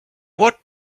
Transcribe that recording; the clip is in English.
what